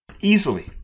easily